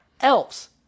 else